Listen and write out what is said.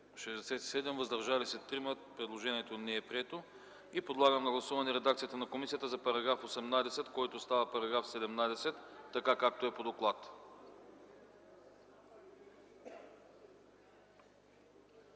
73, въздържали се 6. Предложението не е прието. Подлагам на гласуване редакцията на комисията за § 10, който става § 9, така както е по доклада.